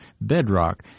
bedrock